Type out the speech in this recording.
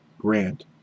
grant